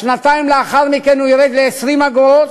בשנתיים לאחר מכן הוא ירד ל-20 אגורות,